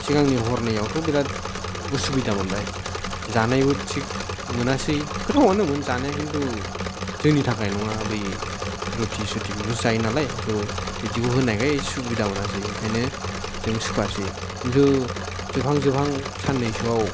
सिगांनि हरनैआवथ' बिराट उसुबिदा मोनबाय जानायबो थिग मोनासै गोथावानोमोन जानाया खिन्थु जोंनि थाखाय नङा बै रुति सुथि बेफोरखौसो जायो नालाय स' बिदिखौ होनायखाय सुबिदा मोनासै ओंखायनो जों सुखुवासै खिन्थु जोबहां जोबहां साननैसोआव